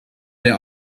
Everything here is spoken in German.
der